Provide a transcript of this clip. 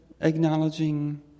acknowledging